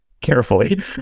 carefully